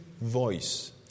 voice